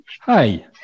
Hi